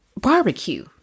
barbecue